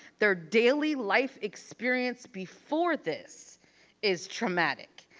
their daily life experience before this is traumatic,